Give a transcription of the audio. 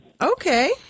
Okay